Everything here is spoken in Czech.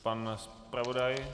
Pan zpravodaj?